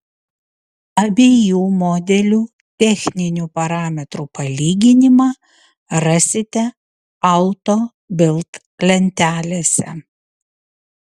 abiejų modelių techninių parametrų palyginimą rasite auto bild lentelėse